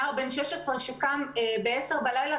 נער בן 16 שקם בעשר בלילה,